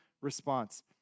response